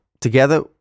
together